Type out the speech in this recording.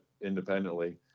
independently